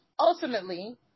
Ultimately